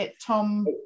tom